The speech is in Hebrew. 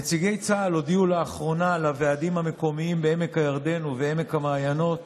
נציגי צה"ל הודיעו לאחרונה לוועדים המקומיים בעמק הירדן ובעמק המעיינות